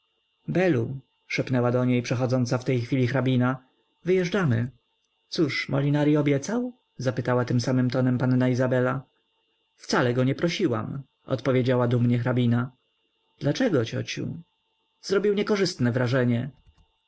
szepnęła do niej przechodząca w tej chwili hrabina wyjeżdżamy cóż molinari obiecał zapytała tym samym tonem panna izabela wcale go nie prosiłam odpowiedziała dumnie hrabina dlaczego ciociu zrobił niekorzystne wrażenie